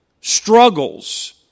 struggles